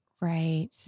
Right